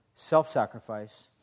self-sacrifice